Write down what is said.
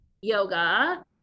yoga